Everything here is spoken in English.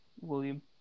William